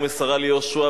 ומסרה ליהושע,